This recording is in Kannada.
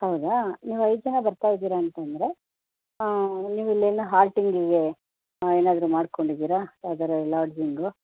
ಹೌದಾ ನೀವು ಐದು ಜನ ಬರ್ತಾ ಇದೀರ ಅಂತಂದರೆ ನೀವಿಲ್ಲಿ ಏನು ಹಾಲ್ಟಿಂಗಿಗೆ ಏನಾದರೂ ಮಾಡ್ಕೊಂಡಿದ್ದೀರಾ ಯಾವ್ದಾರೂ ಲಾಡ್ಜಿಂಗು